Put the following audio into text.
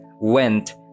went